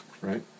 right